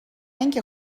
اینکه